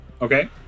Okay